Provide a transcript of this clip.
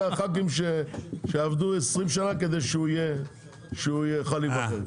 הח"כים שעבדו 20 שנה כדי שהוא יוכל להיבחר.